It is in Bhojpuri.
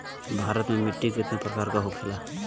भारत में मिट्टी कितने प्रकार का होखे ला?